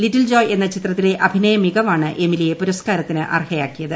little Joy എന്ന ചിത്രത്തിലെ അഭിനയ മികവാണ് യെമിലിയെ പുരസ്കാരത്തിന് അർഹയാക്കിയത്